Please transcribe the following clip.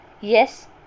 yes